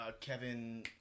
Kevin